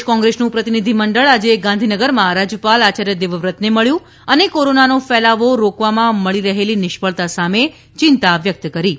પ્રદેશ કોંગ્રેસનું પ્રતિનિધિમંડળ આજે ગાંધીનગરમાં રાજ્યપાલ રાજ્યપાલ આચાર્ય દેવવ્રતને મળ્યું અને કોરોનાનો ફેલાવો રોકવામાં મળી રહેલી નિષ્ફળતા સામે ચિંતા વ્યક્ત કરી હતી